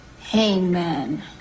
Hangman